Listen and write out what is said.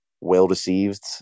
well-received